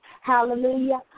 Hallelujah